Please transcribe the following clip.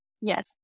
Yes